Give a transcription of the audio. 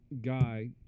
guy